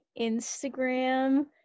Instagram